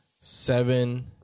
Seven